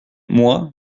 moi